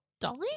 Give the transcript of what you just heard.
Dolly